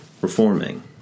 reforming